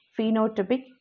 phenotypic